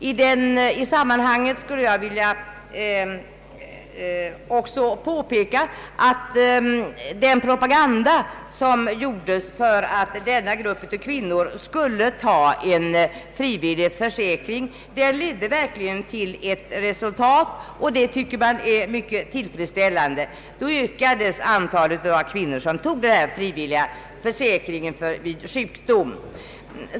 I sammanhanget skulle jag också vilja påpeka att den propaganda som gjordes för att denna grupp kvinnor skulle ta en frivillig försäkring verkligen ledde till resultat, och det är mycket tillfredsställande. Då ökades antalet kvinnor som tog denna frivilliga försäkring vid sjukdom.